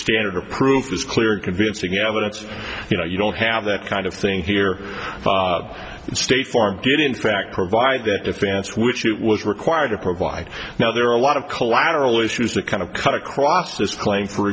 standard of proof is clear and convincing evidence you know you don't have that kind of thing here that state farm get in fact provide the defense which it was required to provide now there are a lot of collateral issues that kind of cut across this claim for